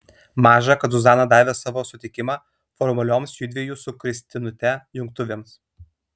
maža kad zuzana davė savo sutikimą formalioms judviejų su kristinute jungtuvėms